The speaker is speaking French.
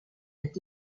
est